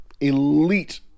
Elite